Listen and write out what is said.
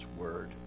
Word